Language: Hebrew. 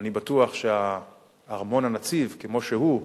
אני בטוח שארמון הנציב, כמו שהוא,